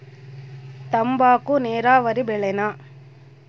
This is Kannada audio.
ತಂಬಾಕು ನೇರಾವರಿ ಬೆಳೆನಾ?